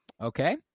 okay